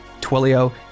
Twilio